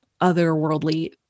otherworldly